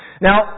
Now